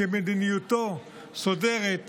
שמדיניותו סותרת